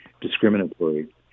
discriminatory